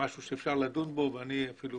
זה משהו שאפשר לדון בו ואני אפילו